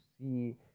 see